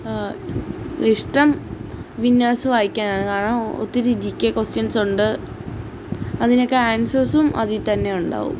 ഇഷ്ടം വിന്നേഴ്സ് വായിക്കാനാണ് കാരണം ഒത്തിരി ജി കെ കൊസ്റ്റിൻസ് ഉണ്ട് അതിനൊക്കെ ആൻസേർസും അതില്ത്തന്നെ ഉണ്ടാകും